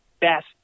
best